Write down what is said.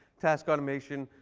task automation,